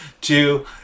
two